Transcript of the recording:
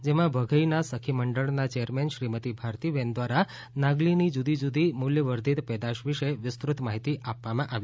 જેમાં વઘઇના સખી મંડળના ચેરમેન શ્રીમતી ભારતીબેન દ્વારા નાગલીની જુદી જુદી મુલ્યવર્ધિત પેદાશ વિશે વિસ્તૃતમાં માહિતી પુરી પાડવામાં આવી